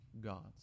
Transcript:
gods